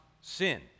sin